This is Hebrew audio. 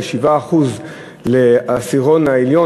ו-7% לעשירון העליון,